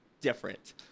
different